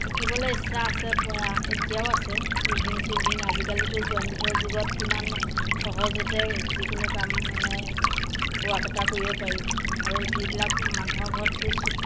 শিকিবলে ইচ্ছা আছে এতিয়াও আছে উইভিং চুইভিং আজিকালিতো যন্ত্ৰৰ যুগত কিমান সহজতে যিকোনো কাম মানে বোৱা কটা কৰিব পাৰি আৰু যিবিলাক মানুহৰ ঘৰততো